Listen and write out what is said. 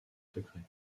secrets